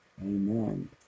Amen